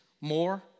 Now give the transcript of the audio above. more